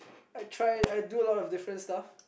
I try I do a lot of different stuff